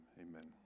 amen